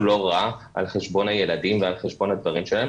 לא רע על חשבון הילדים ועל חשבון ה- -- שלהם,